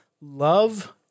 love